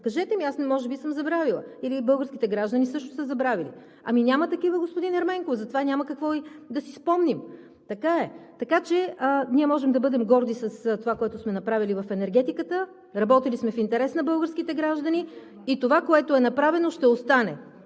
Кажете ми, аз може би съм забравила или българските граждани също са забравили. Ами няма такива, господин Ерменков, затова няма какво да си спомним. Така е. Така че ние можем да бъдем горди с това, което сме направили в енергетиката. Работили сме в интерес на българските граждани и това, което е направено, ще остане.